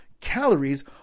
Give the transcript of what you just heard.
calories